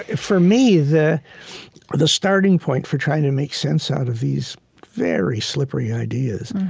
ah for me, the the starting point for trying to make sense out of these very slippery ideas